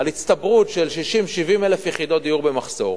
על הצטברות של 60,000 70,000 יחידות דיור במחסור